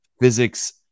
physics